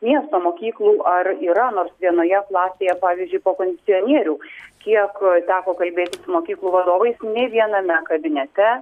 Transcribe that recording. miesto mokyklų ar yra nors vienoje klasėje pavyzdžiui po kondicionierių kiek teko kalbėti su mokyklų vadovais nei viename kabinete